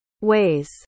ways